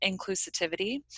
inclusivity